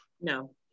No